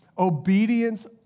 obedience